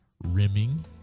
rimming